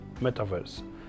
Metaverse